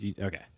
Okay